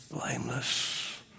blameless